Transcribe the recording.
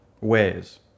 ways